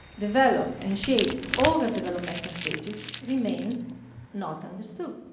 develop and shape over developmental stages remains not understood,